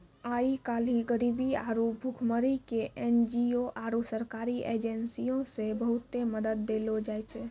आइ काल्हि गरीबी आरु भुखमरी के एन.जी.ओ आरु सरकारी एजेंसीयो से बहुते मदत देलो जाय छै